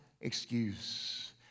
excuse